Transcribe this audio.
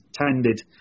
tended